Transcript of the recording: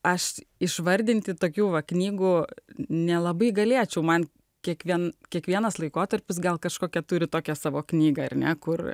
aš išvardinti tokių va knygų nelabai galėčiau man kiekvienam kiekvienas laikotarpis gal kažkokia turi tokią savo knygą ir ne kur